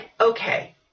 okay